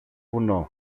βουνό